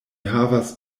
havas